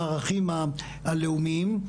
ולערכים הלאומיים.